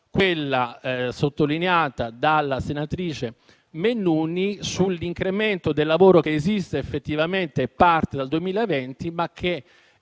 quella sottolineata dalla senatrice Mennuni sull'incremento del lavoro che esiste effettivamente e parte dal 2020, ma che è dall'altra parte